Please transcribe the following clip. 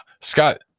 Scott